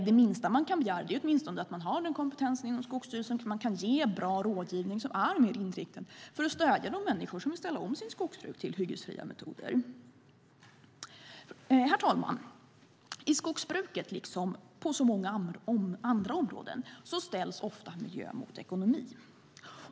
Det minsta man kan begära är att man har den kompetens inom Skogsstyrelsen som behövs för att ge bra råd för att stödja de människor som vill ställa om sitt skogsbruk och använda hyggesfria metoder. Herr talman! I skogsbruket, liksom på många andra områden, ställs ofta miljö mot ekonomi.